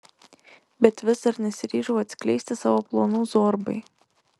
bet vis dar nesiryžau atskleisti savo planų zorbai